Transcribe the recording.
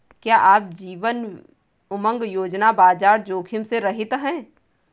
क्या जीवन उमंग योजना बाजार जोखिम से रहित है?